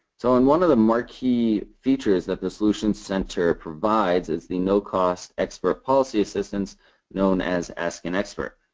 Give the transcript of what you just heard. so and one of the marquee features that the solution center provides is the no cost expert policy assistance known as ask an expert.